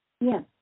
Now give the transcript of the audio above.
Yes